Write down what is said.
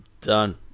done